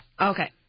Okay